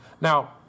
Now